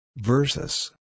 Versus